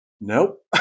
Nope